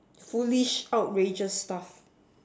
foolish outrageous stuff